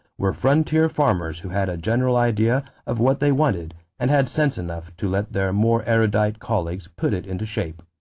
were frontier farmers who had a general idea of what they wanted and had sense enough to let their more erudite colleagues put it into shape.